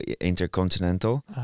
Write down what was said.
intercontinental